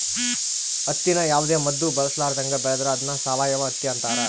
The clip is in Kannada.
ಹತ್ತಿನ ಯಾವುದೇ ಮದ್ದು ಬಳಸರ್ಲಾದಂಗ ಬೆಳೆದ್ರ ಅದ್ನ ಸಾವಯವ ಹತ್ತಿ ಅಂತಾರ